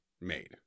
Made